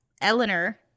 Eleanor